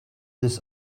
this